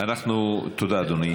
תודה, אדוני.